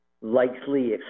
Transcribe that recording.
likely